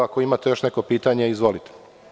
Ako imate još neko pitanje, izvolite.